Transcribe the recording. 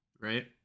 right